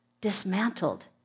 dismantled